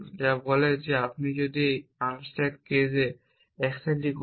যা বলে যে আমি যদি এই আনস্ট্যাক কেজে অ্যাকশনটি করি